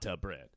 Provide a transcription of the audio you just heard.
bread